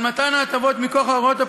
על מתן ההטבות מכוח ההוראות הפנימיות,